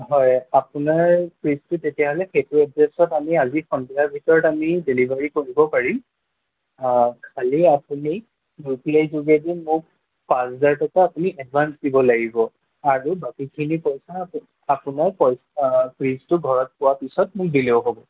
হয় আপোনাৰ ফ্ৰিজটো তেতিয়াহ'লে সেইটো এড্ৰেছত আমি আজি সন্ধিয়াৰ ভিতৰত আমি ডেলিভাৰী কৰিব পাৰিম খালি আপুনি গুগুল পে'ৰ যোগেদি মোক পাঁচ হাজাৰ টকা আপুনি এডভাঞ্চ দিব লাগিব আৰু বাকীখিনি পইচা আপোনাৰ ফ্ৰিজটো ঘৰত পোৱা পিছত মোক দিলেও হ'ব